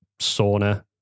sauna